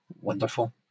wonderful